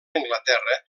anglaterra